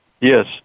Yes